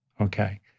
Okay